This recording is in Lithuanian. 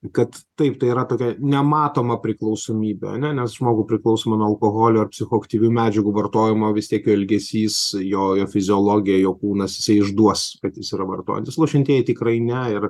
kad taip tai yra tokia nematoma priklausomybė ane nes žmogų priklausomą nuo alkoholio ar psichoaktyvių medžiagų vartojimo vis tiek jo elgesys jo ir fiziologija jo kūnas jisai išduos kad jis yra vartojantis lošiantieji tikrai ne ir